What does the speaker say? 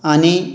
आनी